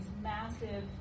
massive